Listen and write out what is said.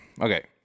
Okay